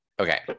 okay